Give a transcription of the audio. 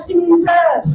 Jesus